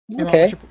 Okay